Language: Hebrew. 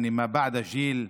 מעל גיל,